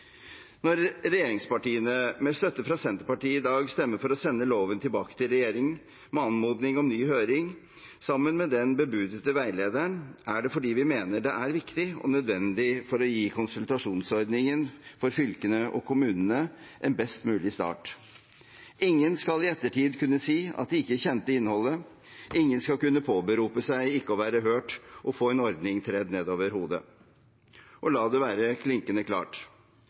Når regjeringspartiene, med støtte fra Senterpartiet, i dag stemmer for å sende loven tilbake til regjeringen med anmodning om ny høring, sammen med den bebudede veilederen, er det fordi vi mener det er viktig og nødvendig for å gi konsultasjonsordningen for fylkene og kommunene en best mulig start. Ingen skal i ettertid kunne si at de ikke kjente innholdet. Ingen skal kunne påberope seg ikke å være hørt og få en ordning tredd ned over hodet. Og la det være klinkende klart: